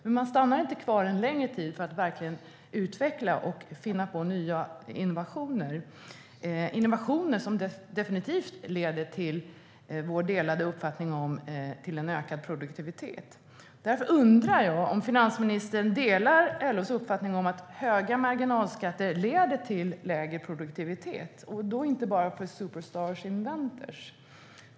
Men de stannar inte kvar en längre tid för att utveckla och hitta på nya innovationer, som definitivt leder till ökad produktivitet - där har vi samma uppfattning. Därför undrar jag: Delar finansministern LO:s uppfattning att höga marginalskatter leder till lägre produktivitet, inte bara för superstar inventors?